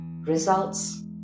results